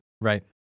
Right